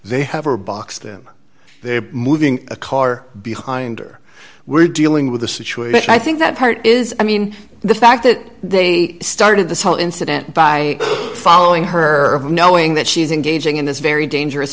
they have a box them they're moving a car behind or we're dealing with a situation i think that part is i mean the fact that they started this whole incident by following her knowing that she's engaging in this very dangerous